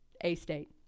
A-State